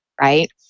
right